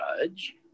judge